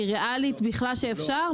היא ריאלית בכלל שאפשר?